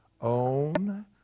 Own